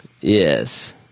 Yes